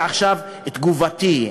ועכשיו תגובתי.